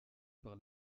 par